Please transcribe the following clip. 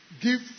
Give